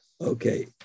Okay